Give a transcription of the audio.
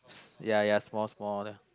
ya ya small small